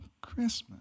Christmas